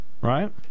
Right